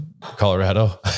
Colorado